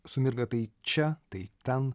sumirga tai čia tai ten